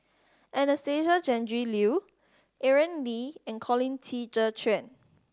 Anastasia Tjendri Liew Aaron Lee and Colin Qi Zhe Quan